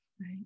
right